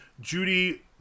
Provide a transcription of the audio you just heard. Judy